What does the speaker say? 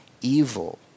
evil